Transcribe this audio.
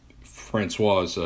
Francois